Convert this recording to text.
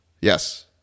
Yes